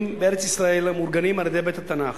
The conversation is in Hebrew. בארץ-ישראל המאורגנים על-ידי בית-התנ"ך.